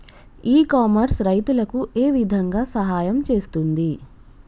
ఇ commerce రైతులకు ఏ విధంగా సహాయం చేస్తుంది?